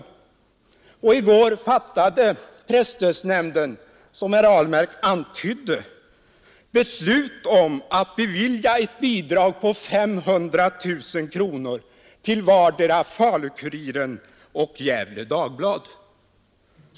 Och i går fattade presstödsnämnden, som herr Ahlmark antydde, beslut att bevilja ett bidrag på 500 000 kronor till vardera Falu-Kuriren och Gefle Dagblad.